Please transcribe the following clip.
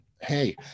hey